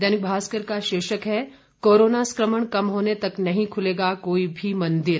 दैनिक भास्कर का शीर्षक है कोरोना संकमण कम होने तक नहीं खुलेगा कोई भी मंदिर